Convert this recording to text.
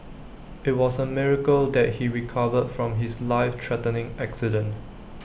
IT was A miracle that he recovered from his life threatening accident